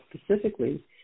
specifically